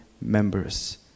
members